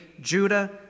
Judah